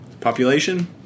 Population